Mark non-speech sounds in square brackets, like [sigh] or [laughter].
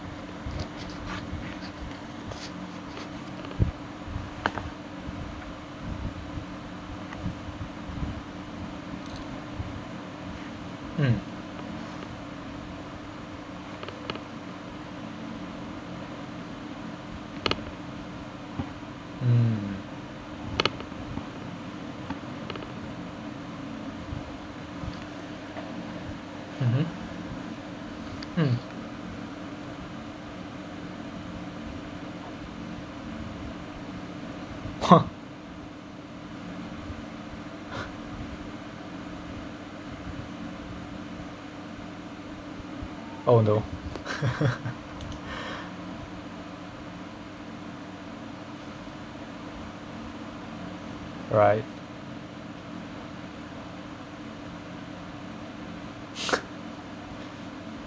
mm hmm mmhmm mm !huh! oh no [laughs] right [laughs]